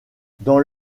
dans